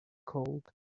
cold